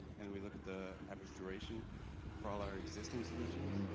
and then we look at the average duration for all our existing solutions.